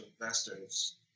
investors